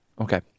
Okay